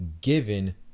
given